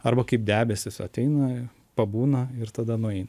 arba kaip debesys ateina pabūna ir tada nueina